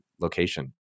location